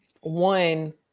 one